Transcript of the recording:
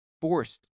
Forced